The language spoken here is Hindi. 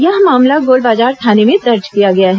यह मामला गोलबाजार थाने में दर्ज किया गया है